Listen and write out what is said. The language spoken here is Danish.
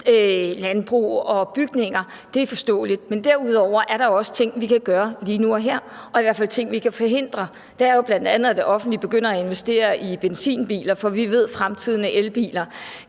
landbrug og bygninger. Det er forståeligt. Men derudover er der jo også ting, vi kan gøre lige nu og her, og i hvert fald ting, vi kan forhindre. Det er jo bl.a., at det offentlige begynder at investere i benzinbiler, for vi ved, at fremtiden er elbiler.